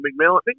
McMillan